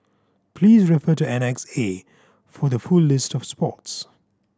please refer to Annex A for the full list of sports